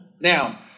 Now